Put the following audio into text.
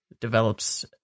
develops